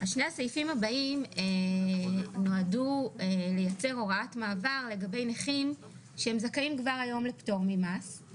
בקשה לקביעת אחוז נכותו על פי החוקים המנויים בסעיף